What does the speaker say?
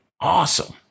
awesome